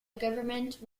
government